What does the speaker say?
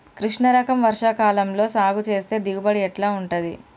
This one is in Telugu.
కృష్ణ రకం వర్ష కాలం లో సాగు చేస్తే దిగుబడి ఎట్లా ఉంటది?